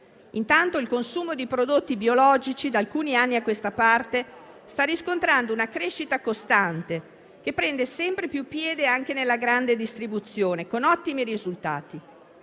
Intanto, il consumo di prodotti biologici, da alcuni anni a questa parte, sta riscontrando una crescita costante, che prende sempre più piede anche nella grande distribuzione con ottimi risultati.